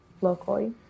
locally